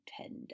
tender